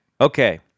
Okay